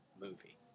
movie